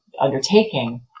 undertaking